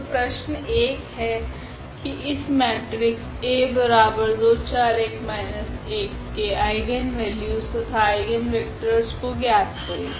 तो प्रश्न 1 है की इस मेट्रिक्स के आइगनवेल्यूस तथा आइगनवेक्टरस को ज्ञात करे